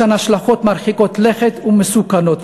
יש השלכות מרחיקות לכת ומסוכנות,